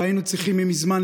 והיינו צריכים מזמן,